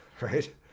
right